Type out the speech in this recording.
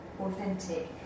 authentic